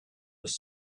was